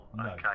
Okay